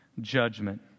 judgment